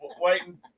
waiting